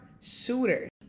shooters